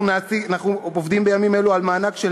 אנחנו עובדים בימים אלו על מענק של